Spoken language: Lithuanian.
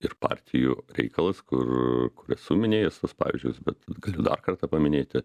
ir partijų reikalas kur esu minėjęs tuos pavyzdžius bet galiu dar kartą paminėti